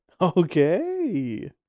Okay